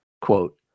quote